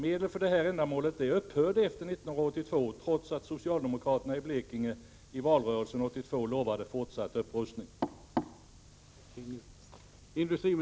Medel för detta ändamål upphörde efter 1982 trots att socialdemokraterna i Blekinge i valrörelsen 1982 lovade fortsatt upprustning.